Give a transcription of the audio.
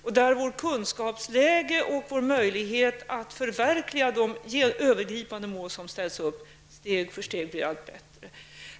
Och våra kunskaper och vår möjlighet att förverkliga de övergripande mål som ställs upp blir steg för steg allt bättre.